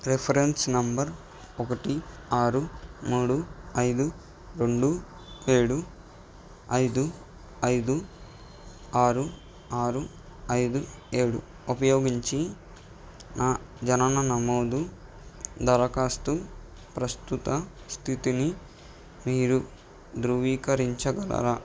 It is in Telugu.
రిఫరెన్స్ నెంబర్ ఒకటి ఆరు మూడు ఐదు రెండు ఏడు ఐదు ఐదు ఆరు ఆరు ఐదు ఏడు ఉపయోగించి నా జనన నమోదు దరఖాస్తు ప్రస్తుత స్థితిని మీరు ధృవీకరించగలరా